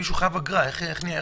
מישהו חייב אגרה, איך ---?